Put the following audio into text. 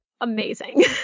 amazing